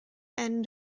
end